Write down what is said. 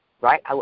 right